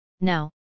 Now